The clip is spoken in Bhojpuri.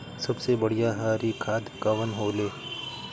सबसे बढ़िया हरी खाद कवन होले?